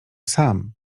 sam